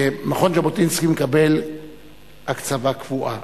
שמכון ז'בוטינסקי מקבל הקצבה קבועה,